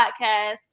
podcast